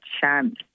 chance